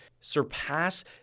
Surpass